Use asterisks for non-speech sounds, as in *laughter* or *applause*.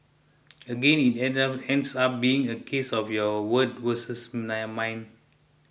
again it ends up ends up being a case of your word versus *unintelligible* mine